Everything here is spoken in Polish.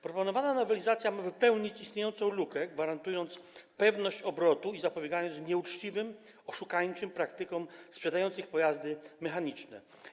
Proponowana nowelizacja ma wypełnić istniejącą lukę, gwarantując pewność obrotu i zapobiegając nieuczciwym, oszukańczym praktykom sprzedających pojazdy mechaniczne.